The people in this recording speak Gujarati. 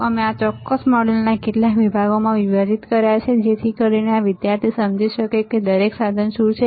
અમે આ ચોક્કસ મોડ્યુલોને કેટલાક વિભાગોમાં વિભાજિત કર્યા છે જેથી કરીને આ વિદ્યાર્થી સમજી શકે કે દરેક સાધન શું છે